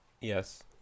Yes